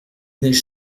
neige